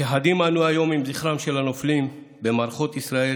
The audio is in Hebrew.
מתייחדים אנו היום עם זכרם של הנופלים במערכות ישראל